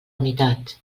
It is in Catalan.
unitat